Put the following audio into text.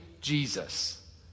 Jesus